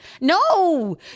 no